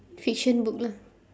fiction book lah